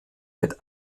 mit